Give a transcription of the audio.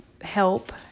help